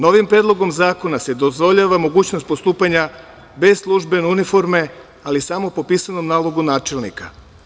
Novim Predlogom zakona se dozvoljava mogućnost postupanja bez službene uniforme ali samo po pisanom nalogu načelnika.